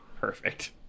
Perfect